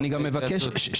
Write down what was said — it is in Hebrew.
אני מבקש התייעצות סיעתית.